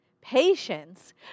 patience